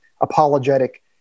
apologetic